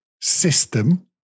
system